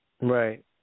Right